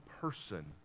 person